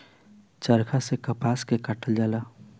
चरखा से कपास के कातल जाला